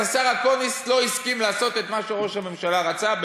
אז השר אקוניס לא הסכים לעשות את מה שראש הממשלה רצה.